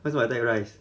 为什么 attack rice